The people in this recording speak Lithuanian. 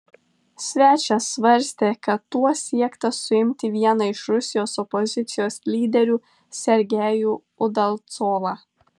svečias svarstė kad tuo siekta suimti vieną iš rusijos opozicijos lyderių sergejų udalcovą